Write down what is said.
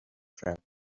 trap